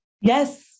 Yes